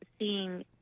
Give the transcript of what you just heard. seeing